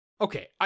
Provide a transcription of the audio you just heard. Okay